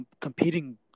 competing